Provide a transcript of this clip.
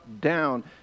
down